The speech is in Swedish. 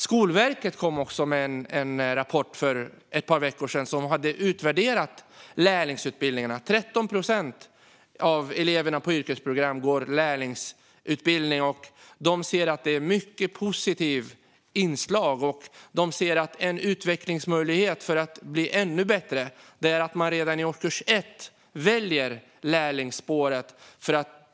För några veckor sedan kom Skolverket med en utvärderingsrapport om lärlingsutbildningarna. Det är 13 procent av eleverna på yrkesprogram som går lärlingsutbildning, och det är ett mycket positivt inslag. En utvecklingsmöjlighet för att det ska bli ännu bättre är att man redan första året på gymnasiet kan välja lärlingsspåret.